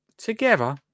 Together